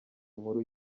nkuru